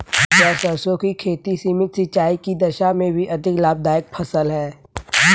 क्या सरसों की खेती सीमित सिंचाई की दशा में भी अधिक लाभदायक फसल है?